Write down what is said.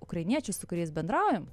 ukrainiečius su kuriais bendraujam